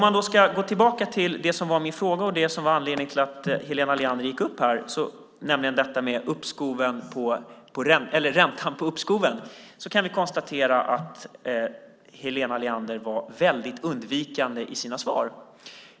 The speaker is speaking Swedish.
Jag ska gå tillbaka till det som var min fråga och som var anledningen till att Helena Leander gick upp i replik, nämligen räntan på uppskoven. Jag kan konstatera att Helena Leander var undvikande i sina svar.